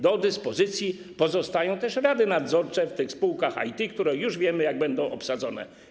Do dyspozycji pozostają też rady nadzorcze w tych spółkach IT, które już wiemy, jak będą obsadzone.